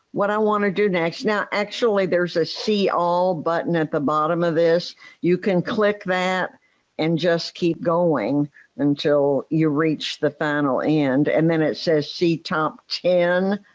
what i want to do next. actually there's a see all button at the bottom of this you can click that and just keep going until you reach the final end and then it says, see top ten.